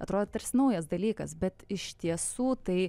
atrodo tarsi naujas dalykas bet iš tiesų tai